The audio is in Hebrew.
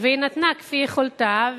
והיא נתנה כפי יכולתה.